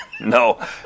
no